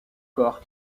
corps